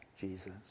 Jesus